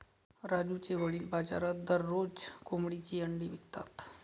राजूचे वडील बाजारात दररोज कोंबडीची अंडी विकतात